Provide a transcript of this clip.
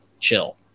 chill